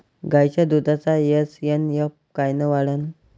गायीच्या दुधाचा एस.एन.एफ कायनं वाढन?